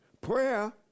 prayer